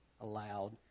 aloud